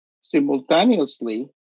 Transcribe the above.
simultaneously